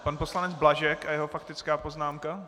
Pan poslanec Blažek a jeho faktická poznámka.